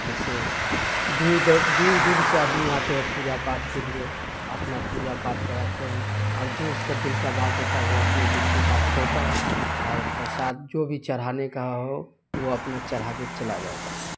جیسے دور دور دور سے آدمی آتے ہیں پوجا پاٹھ کے لیے اپنا پوجا پاٹھ کراتے ہیں اور جو اس کا دل کا بات ہوتا ہے وہ اپنے دل کی بات کہتا ہے اور پرساد جو بھی چڑھانے کا ہو وہ اپنا چڑھا کے چلا جاتا ہے